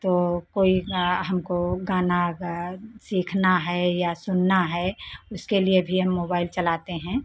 तो कोई हमको गाना सीखना है या सुनना है उसके लिए भी हम मोबाइल चलाते हैं